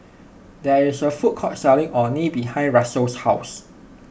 there is a food court selling Orh Nee behind Russell's house